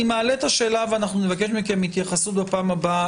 אני מעלה את השאלה ואנחנו נבקש מכם התייחסות בפעם הבאה,